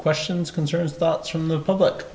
questions concerns thoughts from the public